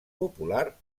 popular